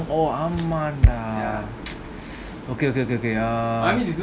oh oh ஆமாண்டா:amanda okay okay okay err